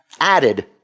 added